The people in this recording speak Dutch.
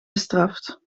bestraft